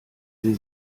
sie